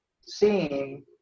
seeing